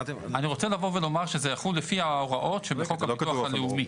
אני רוצה לבוא ולומר שזה יחול לפי ההוראות שכתובות בחוק הביטוח הלאומי.